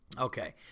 Okay